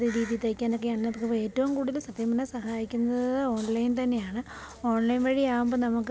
അതേ രീതിയിൽ തയ്ക്കാൻ ഒക്കെ ആണേൽ നമക്ക് ഏറ്റവും കൂടുതല് സത്യം പറഞ്ഞാല് സഹായിക്കുന്നത് ഓൺലൈൻ തന്നെയാണ് ഓൺലൈൻ വഴി ആകുമ്പോള് നമുക്ക്